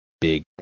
big